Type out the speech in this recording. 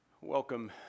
Welcome